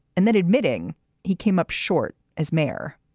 and then admitting he came up short as mayor,